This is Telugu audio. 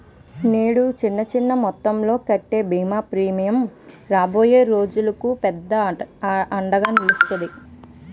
నేడు చిన్న చిన్న మొత్తంలో కట్టే బీమా ప్రీమియం రాబోయే రోజులకు పెద్ద అండగా నిలుస్తాది